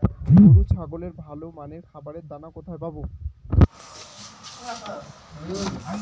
গরু ও ছাগলের ভালো মানের খাবারের দানা কোথায় পাবো?